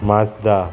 Mazda